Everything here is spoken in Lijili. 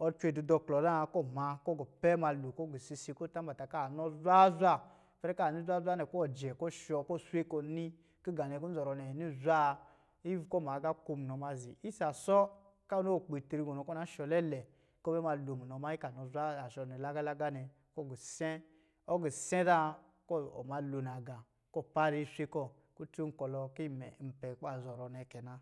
ɔ cwe dudɔ̄ klɔɔ zā kɔ̄ ɔ ma kɔ̄ ɔ gu pɛ ma lo kɔ̄ ɔgɔɔ sise kɔ̄ ɔ tambata kɔ̄ a nɔ zwaa zwa. Ipɛrɛ kɔ̄ anɔ zwaazwa nɛ kɔ̄ iwɔ jɛ kɔ̄ ɔshɔ kɔ̄ ɔswe kɔ̄ ɔ ni kɔ̄ ngā nɛ nzɔrɔ nɛ ani zwa? isa sɔ kɔ̄ ɔ ni a kpiitri gɔnɔ kɔ̄ ɔ na shɔ lɛlɛ kɔ̄ ɔ bɛ ma lo munɔ mannyi kɔ̄ anɔ zwa asɔ ni laga laga nɛ kɔ̄ ɔ gisɛ̄ ɔgisɛ̄ zā kɔ̄ ɔ ma lo nagā kɔ̄ ɔ fara iswe kɔ̄ kutun a nkɔlɔ kɔ̄ imɛ n pɛ kɔ̄ ba zɔrɔ nɛ kɛ na.